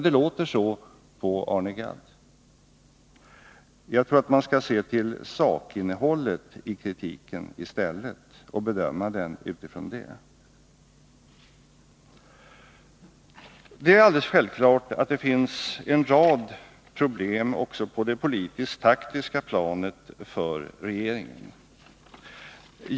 Det låter så på Arne Gadd. Jag tror att man i stället skall se till sakinnehållet i kritiken och bedöma den från den utgångspunkten. Självklart finns en rad problem också på det politiskt-taktiska planet för regeringen.